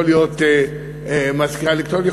יכול להיות מזכירה אלקטרונית,